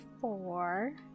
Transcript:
four